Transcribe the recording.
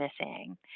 missing